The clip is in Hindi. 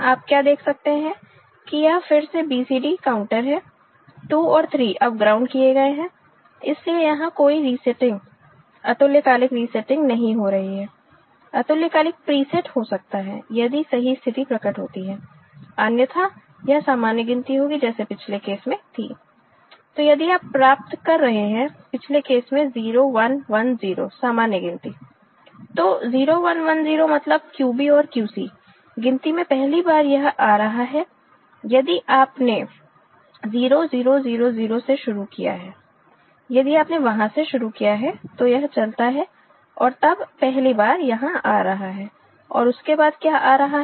आप क्या देख सकते हैं कि यह फिर से BCD काउंटर है 2 और 3 अब ग्राउंड किए गए हैं इसलिए यहां कोई रिसैटिंग अतुल्यकालिक रिसैटिंग नहीं हो रही है अतुल्यकालिक प्रीसेट हो सकता है यदि सही स्थिति प्रकट होती है अन्यथा यह सामान्य गिनती होगी जैसे पिछले केस में थी तो यदि आप प्राप्त कर रहे हैं पिछले केस में 0 1 1 0 समान गिनती तो 0 1 1 0 मतलब QB और QC गिनती में पहली बार यह आ रहा है यदि आप ने 0 0 0 0 से शुरू किया है यदि आपने वहां से शुरू किया है तो यह चलता है और तब पहली बार यहां आ रहा है और उसके बाद क्या आ रहा है